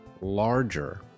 larger